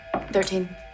Thirteen